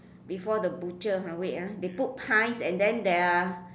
before the butcher ah wait ah they put pies and then there are